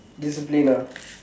discipline ah